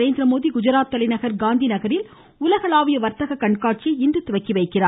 நரேந்திரமோதி குஜராத் தலைநகர் காந்தி நகரில் உலகளாவிய வர்த்தக கண்காட்சியை இன்று தொடங்கிவைக்கிறார்